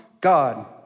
God